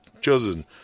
chosen